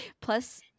plus